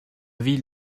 ville